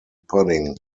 pudding